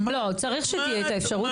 לא, צריך שתהיה האפשרות הזאת.